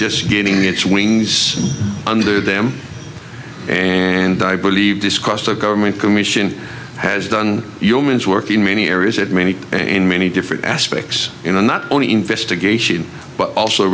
just getting its wings under them and i believe this cost of government commission has done yeoman's work in many areas at many in many different aspects you know not only investigation but also